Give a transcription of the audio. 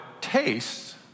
tastes